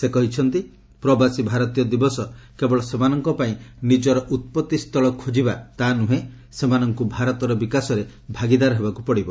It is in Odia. ସେ କହିଛନ୍ତି ପ୍ରବାସୀ ଭାରତୀୟ ଦିବସ କେବଳ ସେମାନଙ୍କ ପାଇଁ ନିଜର ଉତ୍ପଭିସ୍ଥଳ ଖୋଜିବା ତା' ନୁହେଁ ସେମାନଙ୍କୁ ଭାରତର ବିକାଶରେ ଭାଗିଦାର ହେବାକୁ ପଡ଼ିବ